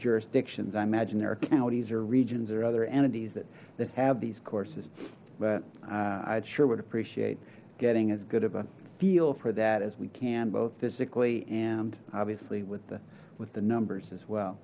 jurisdictions i imagine there are counties or regions or other entities that that have these courses but i sure would appreciate getting as good of a feel for that as we can both physically and obviously with the with the numbers as well